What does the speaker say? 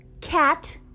Cat